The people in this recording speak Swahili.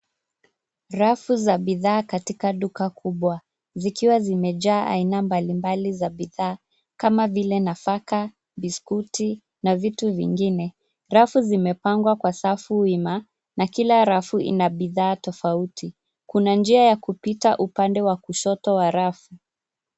Rafu za bidhaa katika duka kubwa zikiwa zimejaa aina mbalimbali za bidhaa kama vile nafaka, biskuti na vitu vingine. Rafu zimepangwa kwa safu wima, na kila rafu ina bidhaa tofauti. Kuna njia ya kupita upande wa kushoto wa rafu.